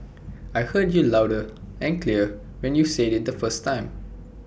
I heard you loud and clear when you said IT the first time